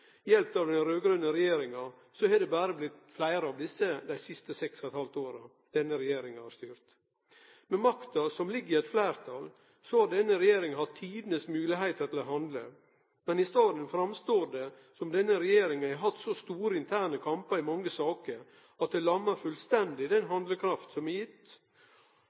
hjelp av den raud-grøne regjeringa, har det berre blitt fleire fattige dei siste seks og eit halvt åra som denne regjeringa har styrt. Med makta som ligg i eit fleirtal, har denne regjeringa hatt tidenes moglegheit til å handle, men i staden ser det ut som om denne regjeringa har hatt så store interne kamper i mange saker at det lammar fullstendig den handlekrafta som er gitt. Det er også eit paradoks at Norden har